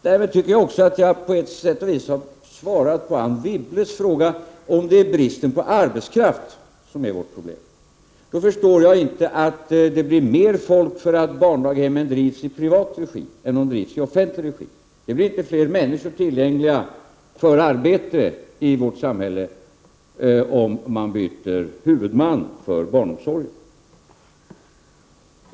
Därmed tycker jag att jag på sätt och vis också har svarat på Anne Wibbles fråga. Om det är bristen på arbetskraft som är vårt problem, då förstår jag inte att det skulle bli mer folk därför att barndaghem drivs i privat regi än om de drivsi offentlig regi. Det blir väl inte fler människor tillgängliga för arbete i vårt samhälle om man byter huvudman för barnomsorgen.